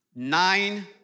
Nine